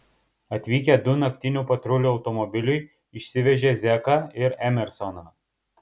atvykę du naktinių patrulių automobiliai išsivežė zeką ir emersoną